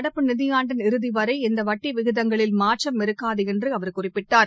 நடப்பு நிதியாண்டின் இறதிவரை இந்த வட்டி விகிதங்களில் மாற்றம் இருக்காது என்று அவர் குறிப்பிட்டார்